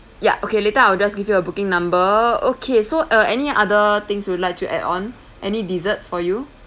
ya okay later I will just give you a booking number okay so uh any other things you would like to add on any desserts for you